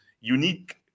unique